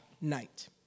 night